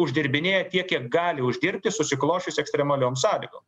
uždirbinėja tiek kiek gali uždirbti susiklosčius ekstremaliom sąlygom